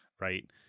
right